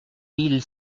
mille